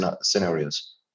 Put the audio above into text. scenarios